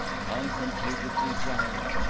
contemplative desire,